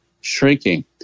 shrinking